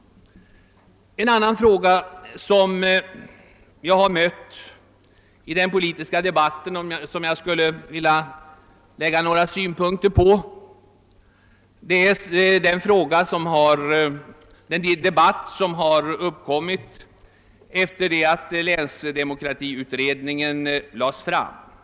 En annan sak som jag har mött i den politiska debatten och som jag vill anlägga några synpunkter på är den diskussion som förts efter det att länsdemokratiutredningen lagt fram sitt betänkande.